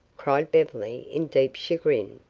cried beverly in deep chagrin.